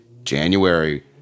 January